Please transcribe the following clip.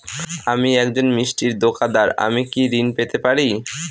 আমি একজন মিষ্টির দোকাদার আমি কি ঋণ পেতে পারি?